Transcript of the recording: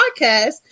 Podcast